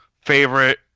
favorite